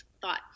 Thought